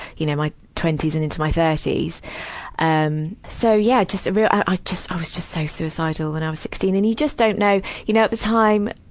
you know, my twenty s and into my thirty s. um so, yeah, just a real i uh, i was just so suicidal. and i was sixteen and you just don't know, you know the time.